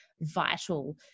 vital